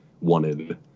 wanted